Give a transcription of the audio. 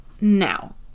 Now